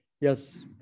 Yes